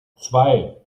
zwei